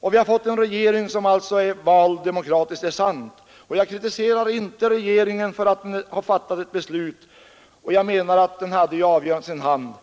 Och det är sant att vi har en regering som är vald i demokratisk ordning. Jag kritiserar inte regeringen för att den har fattat ett beslut, den hade ju avgörandet i sin hand.